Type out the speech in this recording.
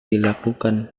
dilakukan